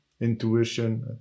intuition